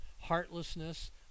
heartlessness